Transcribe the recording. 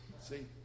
See